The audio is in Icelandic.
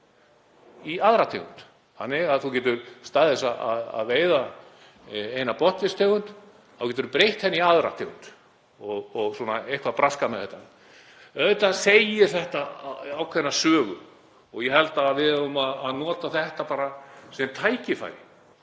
í aðra tegund. Í stað þess að veiða eina botnfiskstegund getur þú breytt henni í aðra tegund og eitthvað braskað með þetta. Auðvitað segir þetta ákveðna sögu og ég held að við eigum að nota þetta sem tækifæri.